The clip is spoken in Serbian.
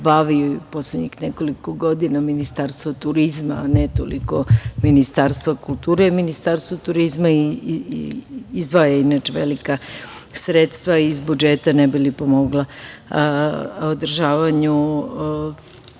poslednjih nekoliko godina Ministarstvo turizma, a ne toliko Ministarstvo kulture, jer Ministarstvo turizma izdvaja velika sredstva iz budžeta ne bi li pomogla održavanju